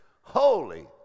holy